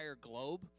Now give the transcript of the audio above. globe